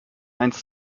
eins